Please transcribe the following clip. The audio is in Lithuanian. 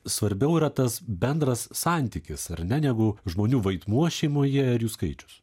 svarbiau yra tas bendras santykis ar ne negu žmonių vaidmuo šeimoje ir jų skaičius